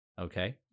Okay